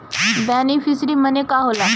Beneficiary मने का होला?